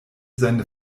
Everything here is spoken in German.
seine